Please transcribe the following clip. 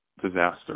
disaster